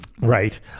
right